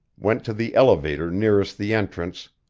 went to the elevator nearest the entrance,